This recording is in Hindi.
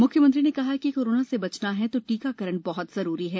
मुख्यमंत्री ने कहा कि कोरोना से बचना है तो टीकाकरण बहृत जरूरी है